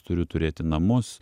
turiu turėti namus